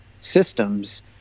systems